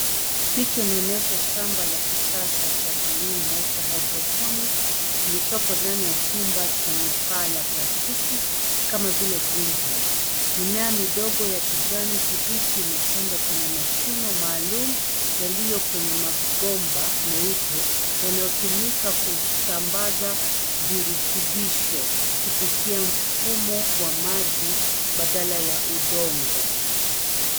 Picha inaonyesha shamba la kisasa cha kilimo cha hydroponic , kilichopo ndani ya chumba chenye paa la plastiki, kama vile greenhouse , mimea midogo ya kijani kibichi imepandwa kwenye mashimo maalum, yaliyo kwenye mabomba meupe, yanayotumika ku, sambaza, virutubisho, kupitia, mfumo wa maji, badala ya udongo.